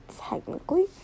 technically